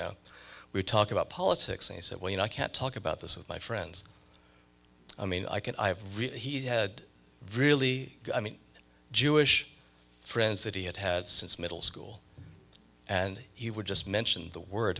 know we talk about politics and he said well you know i can't talk about this with my friends i mean i can i have read he had really i mean jewish friends that he had had since middle school and he would just mention the